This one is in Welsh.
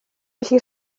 felly